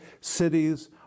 cities